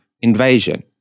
invasion